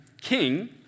king